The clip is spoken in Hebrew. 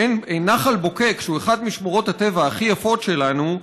שנחל בוקק, שהוא אחד משמורות הטבע הכי יפות שלנו,